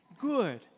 good